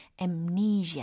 amnesia